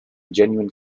genuine